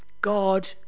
God